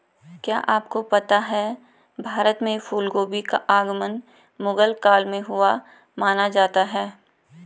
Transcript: क्या आपको पता है भारत में फूलगोभी का आगमन मुगल काल में हुआ माना जाता है?